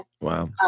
Wow